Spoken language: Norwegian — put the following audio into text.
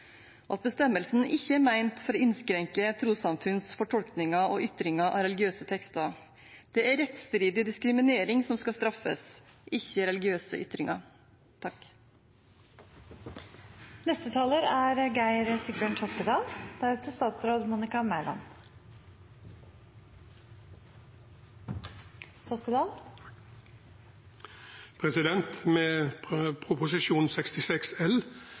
at bestemmelsen ikke er ment for å innskrenke trossamfunns fortolkninger og ytringer av religiøse tekster. Det er rettsstridig diskriminering som skal straffes, ikke religiøse ytringer.